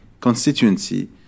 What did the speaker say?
constituency